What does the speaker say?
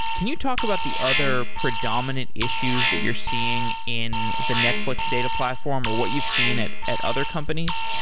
can you talk about the other predominant issues that you're seeing in the netflix data platform or what you've seen at at other companies?